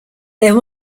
there